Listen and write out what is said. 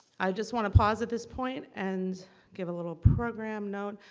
i just want to pause at this point and give a little program note.